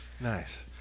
Nice